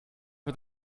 für